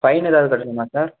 fine ஏதாவது கட்டணுமா sir